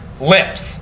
lips